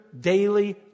daily